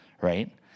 right